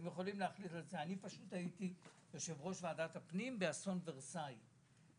אני הייתי יושב-ראש ועדת הפנים באסון ורסאי.